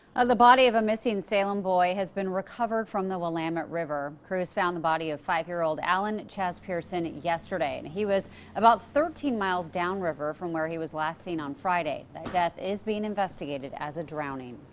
and the body of a missing salem boy has been recovered from the willamette river. crews found the body of five-year-old allen chaz pearson yesterday. and he was about thirteen miles downriver from where he was last seen on friday. the death is being investigated as a drowning.